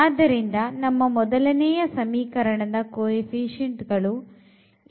ಆದ್ದರಿಂದ ನಮ್ಮ ಮೊದಲನೆಯ ಸಮೀಕರಣದ ಕೋಎಫಿಷಿಎಂಟ್ ಗಳು